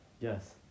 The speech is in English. Yes